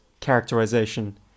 characterization